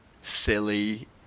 silly